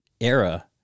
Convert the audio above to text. era